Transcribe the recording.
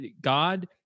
God